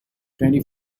twenty